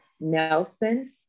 Nelson